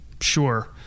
Sure